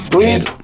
Please